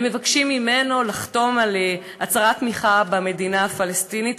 הם מבקשים ממנו לחתום על הצהרת תמיכה במדינה הפלסטינית,